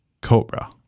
Cobra